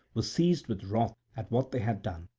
was seized with wrath at what they had done.